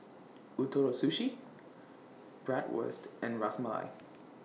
Ootoro Sushi Bratwurst and Ras Malai